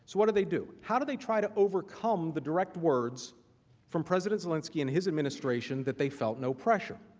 so what do they do? how do they try to overcome the direct words from president zelensky and his administration that they felt no pressure?